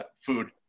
food